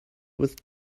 with